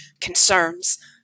concerns